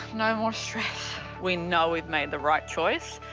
no more stress. we know we've made the right choice,